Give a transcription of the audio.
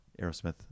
Aerosmith